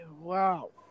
wow